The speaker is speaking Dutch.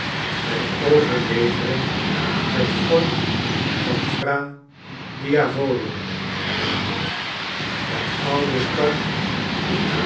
bij overlevering het fort van fra diavolo genaamd de oude stad itri